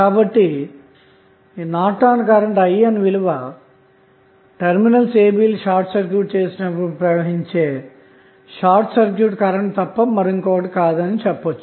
కాబట్టి Norton current IN విలువ terminals a b లు షార్ట్ సర్క్యూట్ చేసినప్పుడు ప్రవహించే షార్ట్ సర్క్యూట్ కరెంట్ తప్ప మరొకటికాదు అని చెప్పవచ్చు